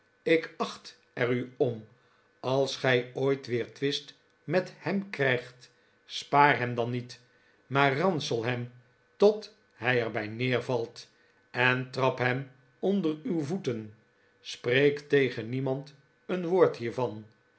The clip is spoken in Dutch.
ik acht er u om als gij ooit weer twist met hern krijgt spaar hem dan niet maar ransel hem tot hij er bij neervalt en trap hem onder uw voeten spreek tegen niemand een woord hiervan